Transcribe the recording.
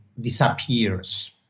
disappears